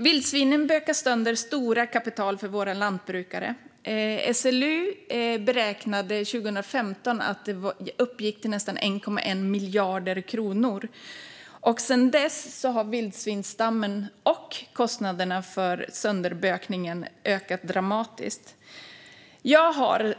Vildsvinen bökar sönder stora kapital för våra lantbrukare. SLU beräknade 2015 att det uppgick till cirka 1,1 miljard kronor. Sedan dess har vildsvinsstammen och kostnaderna för sönderbökningen ökat dramatiskt. Jag har